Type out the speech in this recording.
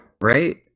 Right